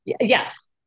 Yes